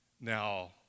Now